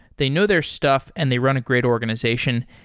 they know their stuff and they run a great organization.